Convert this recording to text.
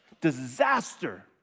disaster